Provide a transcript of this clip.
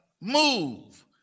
move